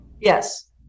Yes